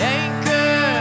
anchor